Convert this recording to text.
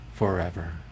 Forever